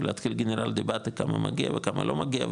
ולהתחיל להגיד כמה מגיע וכמה לא מגיע,